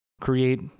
Create